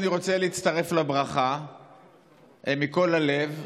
אני רוצה להצטרף לברכה מכל הלב,